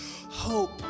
hope